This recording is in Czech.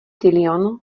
tilion